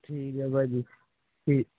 ਠੀਕ ਹੈ ਭਾਅ ਜੀ ਤੇ